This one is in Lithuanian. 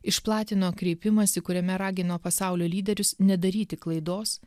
išplatino kreipimąsi kuriame ragino pasaulio lyderius nedaryti klaidos